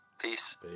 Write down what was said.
Peace